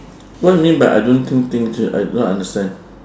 what you mean by I don't think think think I don't understand